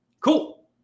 Cool